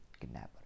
kidnapper